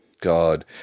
God